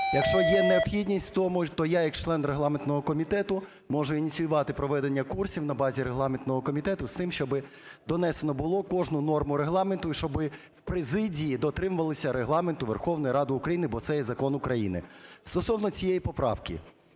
Якщо необхідність в тому то я як член регламентного комітету можу ініціювати проведення курсів на базі регламентного комітету з тим, щоби донесено було кожну норму Регламенту і щоби в президії дотримувались Регламенту Верховної Ради України, бо це є закон України. Стосовно цієї поправки.